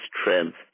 strength